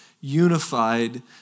unified